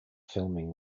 filming